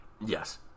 Yes